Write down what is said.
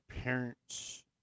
parents